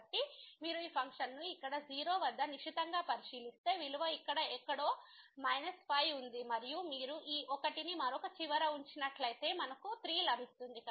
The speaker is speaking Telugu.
కాబట్టి మీరు ఈ ఫంక్షన్ను ఇక్కడ 0 వద్ద నిశితంగా పరిశీలిస్తే విలువ ఇక్కడ ఎక్కడో 5 ఉంది మరియు మీరు ఈ 1 ని మరొక చివర ఉంచినట్లయితే మనకు 3 లభిస్తుంది